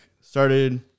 started